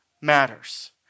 matters